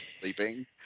sleeping